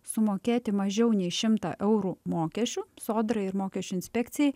sumokėti mažiau nei šimtą eurų mokesčių sodrai ir mokesčių inspekcijai